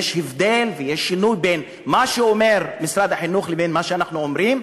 יש הבדל ויש שינוי בין מה שאומר משרד החינוך לבין מה שאנחנו אומרים,